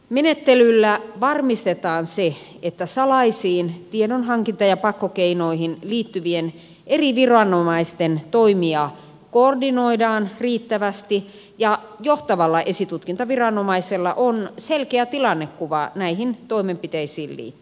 menettelyllä varmistetaan se että salaisiin tiedonhankinta ja pakkokeinoihin liittyviä eri viranomaisten toimia koordinoidaan riittävästi ja että johtavalla esitutkintaviranomaisella on selkeä tilannekuva näihin toimenpiteisiin liittyen